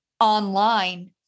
online